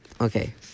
Okay